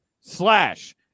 slash